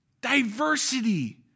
Diversity